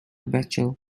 bechtel